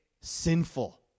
sinful